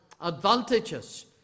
advantages